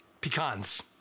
pecans